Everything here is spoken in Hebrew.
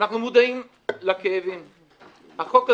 אנחנו מודעים לכאבים.